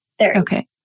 Okay